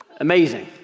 Amazing